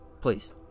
please